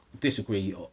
disagree